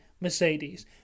Mercedes